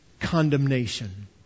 condemnation